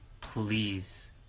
please